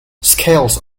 scales